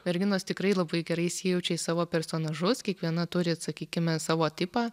merginos tikrai labai gerai įsijaučia į savo personažus kiekviena turi sakykime savo tipą